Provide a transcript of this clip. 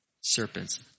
serpents